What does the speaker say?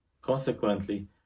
Consequently